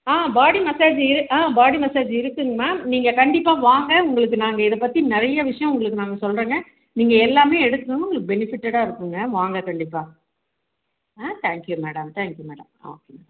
ஆ body massage இரு ஆ body massage இருக்குங்க மேம் நீங்கள் கண்டிப்பாக வாங்க உங்களுக்கு நாங்கள் இதை பற்றி நிறைய விஷயோம் உங்களுக்கு நாங்கள் சொல்கிறோங்க நீங்கள் எல்லாமே எடுத்துக்கோங்க உங்களுக்கு பெனிஃபிட்டடாக இருக்குங்க வாங்க கண்டிப்பாக ஆ தேங்க்யூ மேடம் தேங்க்யூ மேடம் ஆ